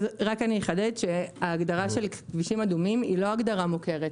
רק אחדד שההגדרה של כבישים אדומים היא לא הגדרה מוכרת.